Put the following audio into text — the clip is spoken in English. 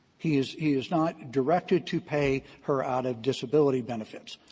he is he is not directed to pay her out of disability benefits.